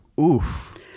Oof